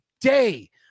day